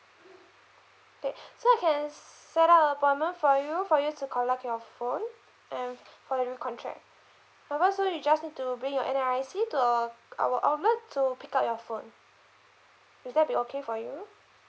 K so I can set up a appointment for you for you to collect your phone and for your recontact however so you just need to bring your N_R_I_C to a our outlet to pick up your phone will that be okay for you